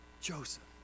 Joseph